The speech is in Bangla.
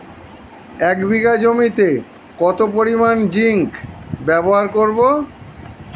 এক বিঘা জমিতে কত পরিমান জিংক ব্যবহার করব?